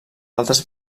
altres